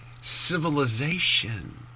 civilization